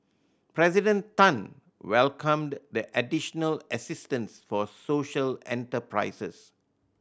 President Tan welcomed the additional assistance for social enterprises